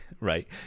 right